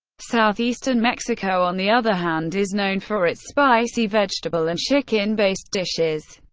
southeastern mexico, on the other hand, is known for its spicy vegetable and chicken-based dishes.